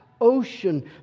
ocean